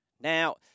Now